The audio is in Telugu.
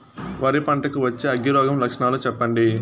వరి పంట కు వచ్చే అగ్గి రోగం లక్షణాలు చెప్పండి?